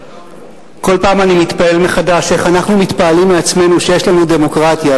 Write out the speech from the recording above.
כל פעם אני מתפעל מחדש איך אנחנו מתפעלים מעצמנו שיש לנו דמוקרטיה.